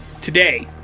today